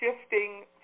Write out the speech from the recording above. shifting